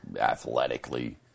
athletically